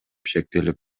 шектелип